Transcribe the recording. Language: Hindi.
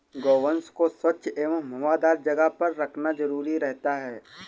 गोवंश को स्वच्छ एवं हवादार जगह पर रखना जरूरी रहता है